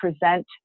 present